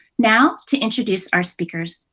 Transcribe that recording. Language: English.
now to introduce our speakers.